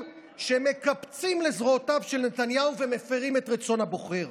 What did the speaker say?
שמקפצים לזרועותיו של נתניהו ומפירים את רצון הבוחר.